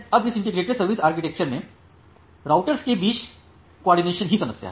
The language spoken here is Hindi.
अब इस इंटीग्रेटेड सर्विस आर्किटेक्चर में राउटर्स के बीच कॉर्डिनेशन ही समस्या है